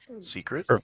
Secret